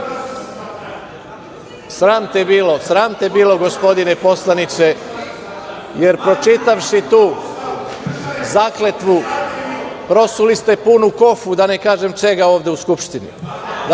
Srbije, sram te bilo, gospodine poslaniče, jer pročitavši tu zakletvu prosuli ste punu kofu, da ne kažem čega ovde u Skupštini.